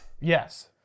Yes